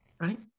right